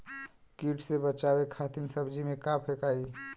कीट से बचावे खातिन सब्जी में का फेकाई?